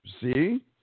See